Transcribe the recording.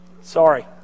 Sorry